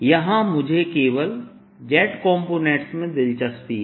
यहां मुझे केवल z कॉम्पोनेंट्स में दिलचस्पी है